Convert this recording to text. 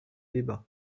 débat